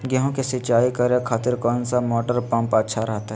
गेहूं के सिंचाई करे खातिर कौन सा मोटर पंप अच्छा रहतय?